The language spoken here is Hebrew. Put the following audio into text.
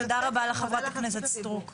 תודה רבה לחברת הכנסת סטרוק.